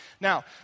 Now